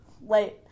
Wait